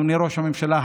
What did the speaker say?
אדוני ראש הממשלה,